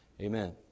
amen